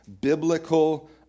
biblical